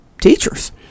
teachers